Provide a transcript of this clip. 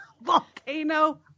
volcano